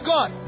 God